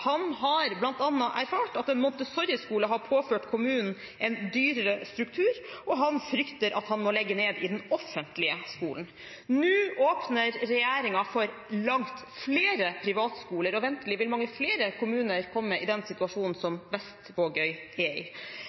Han frykter at han må legge ned i den offentlige skolen. Nå åpner regjeringen for langt flere privatskoler. Ventelig vil mange flere kommuner komme i den situasjonen som Vestvågøy er i.